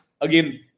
again